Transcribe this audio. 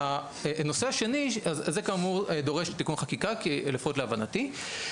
זה כאמור דורש חקיקה, לפחות להבנתי.